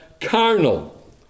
carnal